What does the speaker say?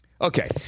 Okay